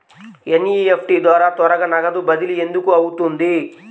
NEFT ద్వారా త్వరగా నగదు బదిలీ ఎందుకు అవుతుంది?